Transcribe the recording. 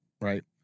right